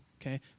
okay